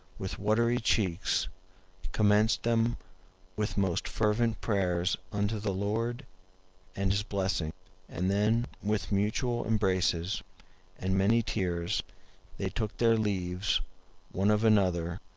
with watery cheeks commended them with most fervent prayers unto the lord and his blessing and then, with mutual embraces and many tears they took their leaves one of another,